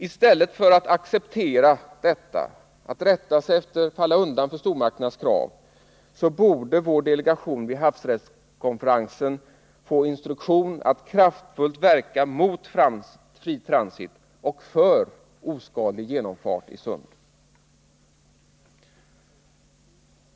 I stället för att acceptera detta och falla undan för stormakternas krav borde vår delegation vid havsrättskonferensen få instruktion att kraftfullt verka mot fri transit och för oskadlig genomfart i sund.